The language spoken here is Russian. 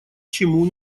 чему